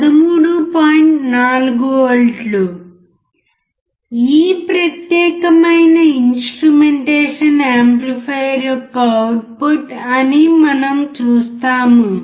4 వోల్ట్లు ఈ ప్రత్యేకమైన ఇన్స్ట్రుమెంటేషన్ యాంప్లిఫైయర్ యొక్క అవుట్పుట్ అని మనం చూస్తాము